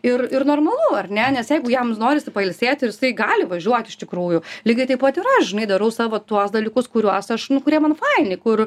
ir ir normalu ar ne nes jeigu jam norisi pailsėti ir jisai gali važiuot iš tikrųjų lygiai taip pat ir aš žinai darau savo tuos dalykus kuriuos aš nu kurie man faini kur